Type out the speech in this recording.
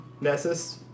Nessus